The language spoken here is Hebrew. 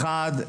אחת,